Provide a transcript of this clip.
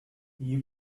you